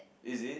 is it